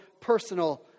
personal